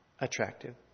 attractive